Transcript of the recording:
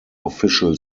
official